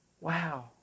Wow